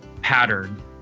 pattern